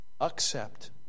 accept